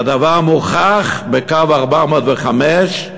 והדבר המוכח, קו 405: